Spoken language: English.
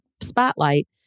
spotlight